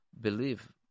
Believe